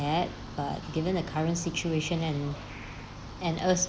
but given the current situation and and us